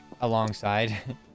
alongside